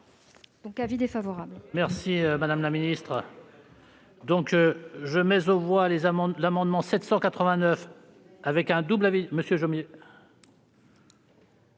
un avis défavorable.